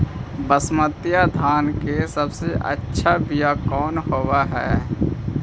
बसमतिया धान के सबसे अच्छा बीया कौन हौब हैं?